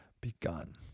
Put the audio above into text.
begun